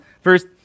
First